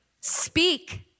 Speak